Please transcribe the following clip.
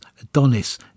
Adonis